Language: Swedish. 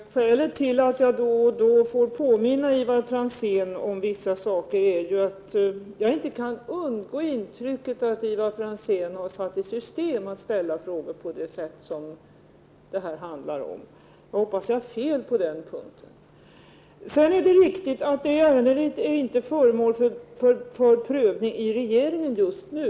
Herr talman! Skälet till att jag då och då får påminna Ivar Franzén om vissa saker är att jag inte kan undgå intrycket att Ivar Franzén har satt i system att ställa frågor på det sätt det här handlar om. Jag hoppas att jag har fel på den punkten. Det är riktigt att ärendet inte är föremål för prövning i regeringen just nu.